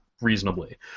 reasonably